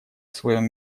своем